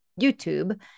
YouTube